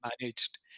managed